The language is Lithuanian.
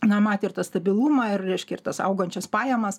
na matė ir tą stabilumą ir reiškia ir tas augančias pajamas